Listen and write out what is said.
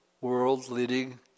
world-leading